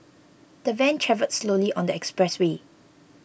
the van travelled slowly on the expressway